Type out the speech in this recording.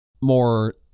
more